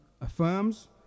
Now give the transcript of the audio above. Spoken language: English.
affirms